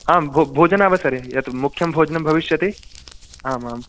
आम् भोजनावसरे यत् मुख्यं भोजनं भविष्यति आमाम्